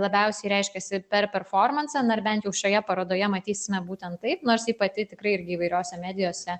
labiausiai reiškiasi per performansą na ir bent jau šioje parodoje matysime būtent taip nors ji pati tikrai irgi įvairiose medijose